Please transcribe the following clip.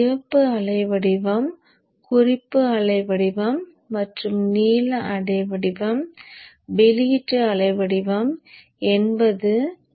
சிவப்பு அலை வடிவம் குறிப்பு அலை வடிவம் மற்றும் நீல அலை வடிவம் வெளியீட்டு அலை வடிவம் என்பது